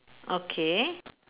okay